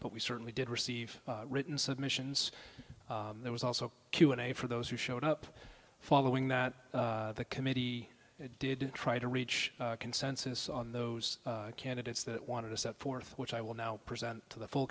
but we certainly did receive written submissions there was also q and a for those who showed up following that the committee did try to reach consensus on those candidates that wanted to set forth which i will now present to the full